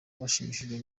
bashimishijwe